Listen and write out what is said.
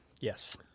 yes